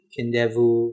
Kendevu